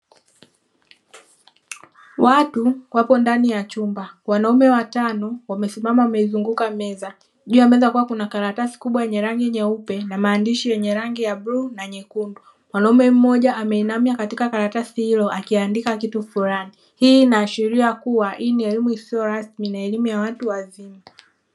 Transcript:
Watu wapo ndani ya chumba, wanaume watano wamesimama wameizunguka meza, juu ya meza kukiwa kuna karatasi kubwa yenye rangi nyeupe, na maandishi yenye rangi ya bluu na nyekundu. Mwanaume mmoja ameinamia katika karatasi hilo akiandika kitu fulani. Hii inaashiria kuwa hii ni elimu isiyo rasmi na elimu ya watu wazima.